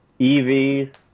EVs